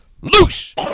loose